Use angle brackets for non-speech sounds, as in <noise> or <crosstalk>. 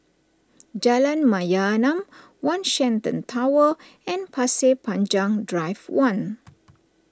<noise> Jalan Mayaanam one Shenton Tower and Pasir Panjang Drive one